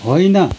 होइन